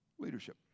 Leadership